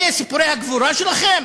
אלה סיפורי הגבורה שלכם?